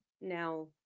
now